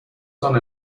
son